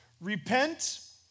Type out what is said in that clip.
Repent